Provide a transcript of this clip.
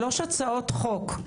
שלוש הצעות חוק,